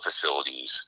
facilities